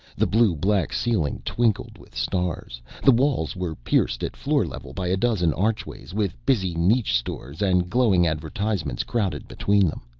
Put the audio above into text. the blue-black ceiling twinkled with stars. the walls were pierced at floor level by a dozen archways with busy niche stores and glowing advertisements crowded between them.